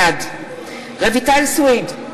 בעד רויטל סויד,